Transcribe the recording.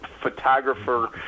photographer